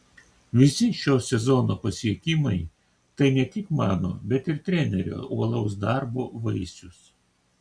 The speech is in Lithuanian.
visi šio sezono pasiekimai tai ne tik mano bet ir trenerio uolaus darbo vaisius